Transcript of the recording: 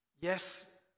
Yes